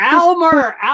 Almer